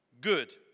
good